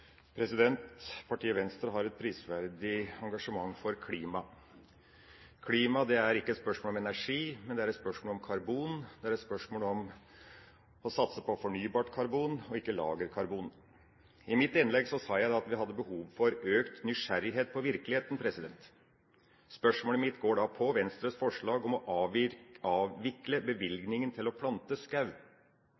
Partiet Venstre har et prisverdig engasjement for klima. Klima er ikke et spørsmål om energi, men det er et spørsmål om karbon, det er et spørsmål om å satse på fornybart karbon, ikke lagerkarbon. I mitt innlegg sa jeg at vi hadde behov for økt nysgjerrighet på virkeligheten. Spørsmålet mitt går da på Venstres forslag om å avvikle